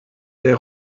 der